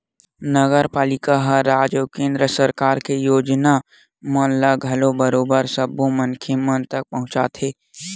नगरपालिका ह राज अउ केंद्र सरकार के योजना मन ल घलो बरोबर सब्बो मनखे मन तक पहुंचाथे